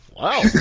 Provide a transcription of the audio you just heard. Wow